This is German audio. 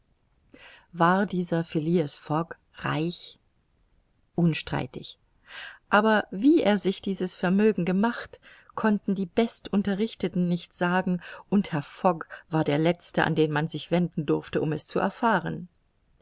war dieser phileas fogg reich unstreitig aber wie er sich dies vermögen gemacht konnten die bestunterrichteten nicht sagen und herr fogg war der letzte an den man sich wenden durfte um es zu erfahren